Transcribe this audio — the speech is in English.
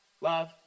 Love